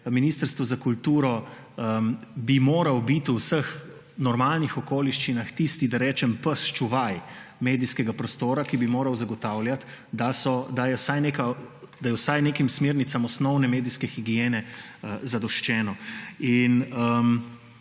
Ministrstvo za kulturo bi moralo biti v vseh normalnih okoliščinah tisti, da rečem, pes čuvaj medijskega prostora, ki bi moral zagotavljati, da je vsaj nekim smernicam osnovne medijske higiene zadoščeno. In